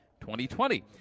2020